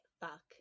fuck